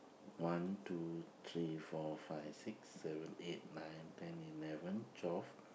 one two three four five six seven eight nine ten eleven twelve